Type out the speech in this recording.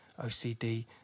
OCD